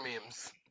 memes